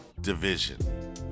Division